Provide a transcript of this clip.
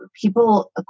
people